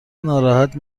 ناراحت